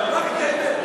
רק את האמת,